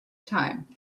time